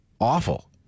Awful